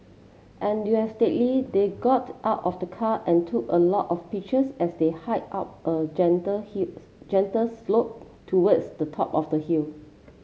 enthusiastically they got out of the car and took a lot of pictures as they hiked up a gentle gentle slope towards the top of the hill